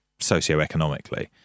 socioeconomically